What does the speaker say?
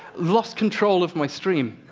lost control of my stream.